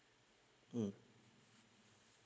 mm